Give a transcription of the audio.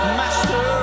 master